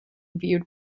viewed